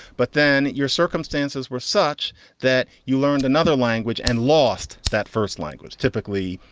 but then your circumstances were such that you learned another language and lost that first language. typically,